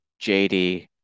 jd